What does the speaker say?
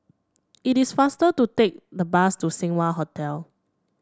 it is faster to take the bus to Seng Wah Hotel